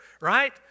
right